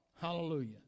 Hallelujah